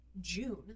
June